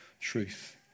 truth